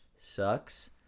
sucks